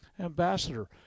ambassador